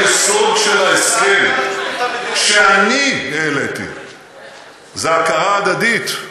היסוד של ההסכם שאני העליתי זה הכרה הדדית.